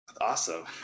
Awesome